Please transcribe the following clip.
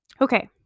Okay